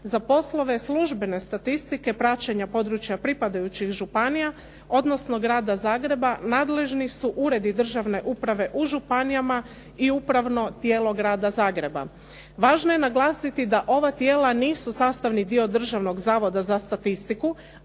za poslove službene statistike praćenja područja pripadajućih županija, odnosno Grada Zagreba nadležni su uredi državne uprave u županijama i upravno tijelo Grada Zagreba. Važno je naglasiti da ova tijela nisu sastavni dio Državnog zavoda za statistiku,